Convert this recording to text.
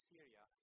Syria